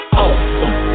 awesome